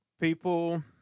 People